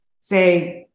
say